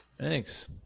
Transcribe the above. Thanks